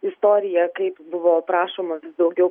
istoriją kaip buvo prašoma daugiau